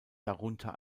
darunter